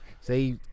Say